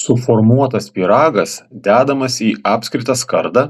suformuotas pyragas dedamas į apskritą skardą